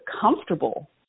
comfortable